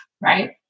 right